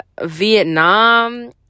Vietnam